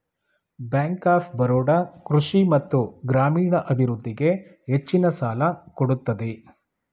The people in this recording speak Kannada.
ಬ್ಯಾಂಕ್ ಆಫ್ ಬರೋಡ ಕೃಷಿ ಮತ್ತು ಗ್ರಾಮೀಣ ಅಭಿವೃದ್ಧಿಗೆ ಹೆಚ್ಚಿನ ಸಾಲ ಕೊಡುತ್ತದೆ